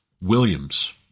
Williams